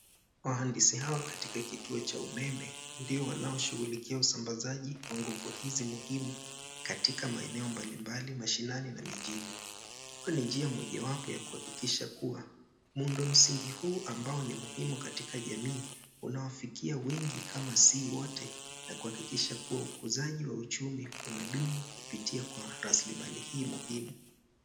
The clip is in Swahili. Wahandisi hawa katika kituo cha umeme ndio wanaoshughulikia usambazaji wa nguvu hizi muhimu katika maeneo mbalimbali mashinani na mijini. Hii ni njia mojawapo wa kuhakikisha kuwa muundo msingi huu ambao ni muhimu katika jamii unawafikia wengi kama si wote na kuhakikisha kuwa ukuzaji wa uchumi unadumu kupitia kwa rasilimali hii muhimu.